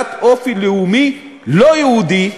בעלת אופי לאומי לא יהודי,